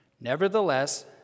Nevertheless